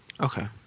okay